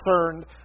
concerned